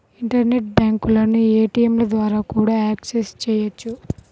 internet బ్యాంకులను ఏటీయంల ద్వారా కూడా యాక్సెస్ చెయ్యొచ్చు